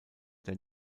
der